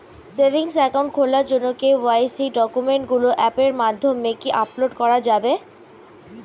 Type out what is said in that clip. Savings account খোলার জন্য KYC ডকুমেন্টগুলো অ্যাপের মাধ্যমে কি আপডেট করা যাবে?